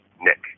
Nick